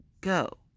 go